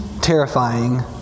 terrifying